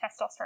testosterone